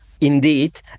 Indeed